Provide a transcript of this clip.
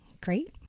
Great